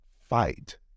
fight